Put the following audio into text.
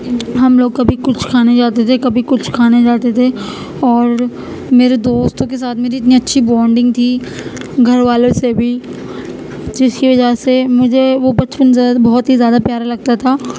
ہم لوگ کبھی کچھ کھانے جاتے تھے کبھی کچھ کھانے جاتے تھے اور میرے دوستوں کے ساتھ میری اتنی اچھی بونڈنگ تھی گھر والوں سے بھی جس کی وجہ سے مجھے وہ بچپن بہت ہی زیادہ پیارا لگتا تھا